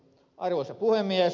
arvoisa puhemies